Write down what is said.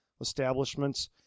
establishments